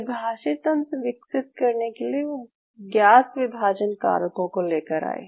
परिभाषित तंत्र विकसित करने के लिए वो ज्ञात विभाजन कारकों को ले कर आये